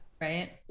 Right